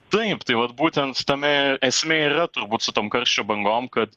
taip tai vat būtent tame esmė ir yra turbūt su tom karščio bangom kad